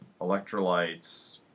electrolytes